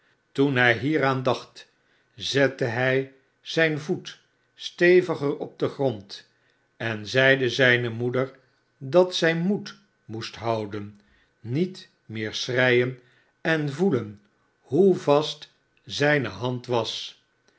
toen hij'hieraan dacht zette hij zijn voet steviger op den grond en zeide ijne moeder dat zij moed moest houden niet meer schreien en voelen hoe vast zijne hand was